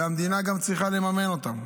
והמדינה גם צריכה לממן אותם.